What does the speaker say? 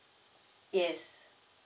yes